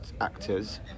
actors